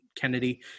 Kennedy